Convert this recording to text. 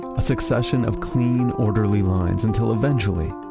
a succession of clean orderly lines until eventually,